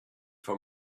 for